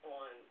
on